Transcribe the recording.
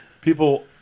People